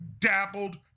Dabbled